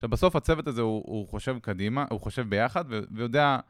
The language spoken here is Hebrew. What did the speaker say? -ה בסוף הצוות הזה הוא-הוא חושב קדימה, הוא חושב ביחד, ו-ויודע...